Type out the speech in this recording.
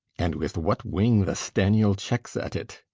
and with what wing the staniel checks at it!